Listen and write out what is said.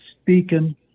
speaking